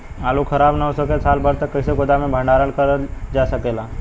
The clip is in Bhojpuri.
आलू खराब न हो सके साल भर तक कइसे गोदाम मे भण्डारण कर जा सकेला?